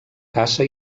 caça